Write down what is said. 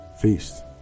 feast